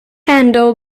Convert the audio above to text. handle